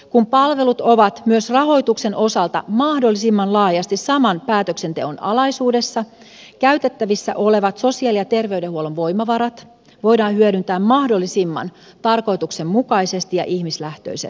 kun palvelut ovat myös rahoituksen osalta mahdollisimman laajasti saman päätöksenteon alaisuudessa käytettävissä olevat sosiaali ja terveydenhuollon voimavarat voidaan hyödyntää mahdollisimman tarkoituksenmukaisesti ja ihmislähtöisesti